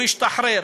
הוא השתחרר,